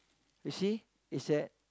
you see is a